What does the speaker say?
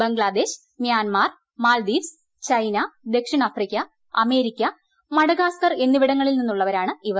Bangladesh Myanmar Maldives China ദക്ഷിണാഫ്രിക്ക America Madagascar എന്നിവിടങ്ങളിൽ നിന്നുള്ളവരാണ് ഇവർ